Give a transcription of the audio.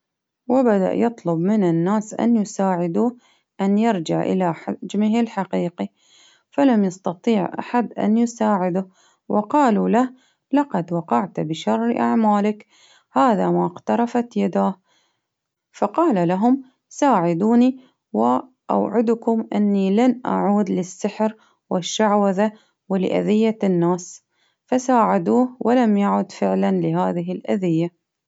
وبدأ يطلب من الناس أن يساعدوه أن يرجع إلى حجمه الحقيقي فلم يستطيع أحد أن يساعده، وقالوا له لقد وقعت بشر أعمالك، هذا ما اقترفت يداك، فقال لهم ساعدوني وأوعدكم أني لن أعود للسحر والشعوذة ولاذية الناس، فساعدوه ولم يعد فعلا لهذه الأذية.